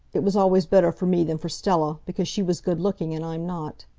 it was always better for me than for stella, because she was good-looking, and i'm not.